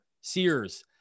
Sears